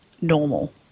normal